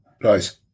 Nice